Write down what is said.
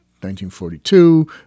1942